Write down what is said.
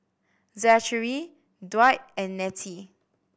Zachary Dwight and Nettie